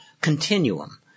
continuum